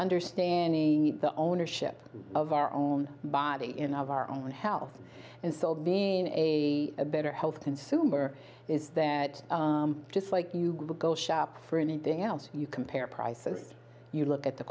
understanding the ownership of our own body in our own health and still being a better health consumer is that just like you go shop for anything else you compare prices you look at the